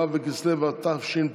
ו' בכסלו התשפ"ב,